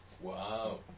Wow